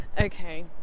Okay